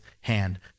hand